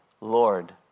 Lord